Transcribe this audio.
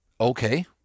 Okay